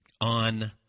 on